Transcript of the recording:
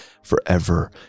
forever